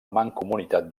mancomunitat